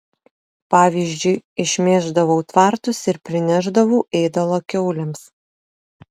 pavyzdžiui išmėždavau tvartus ir prinešdavau ėdalo kiaulėms